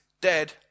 dead